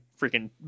freaking